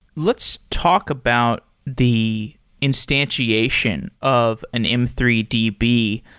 let's talk about the instantiation of an m three d b.